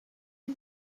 you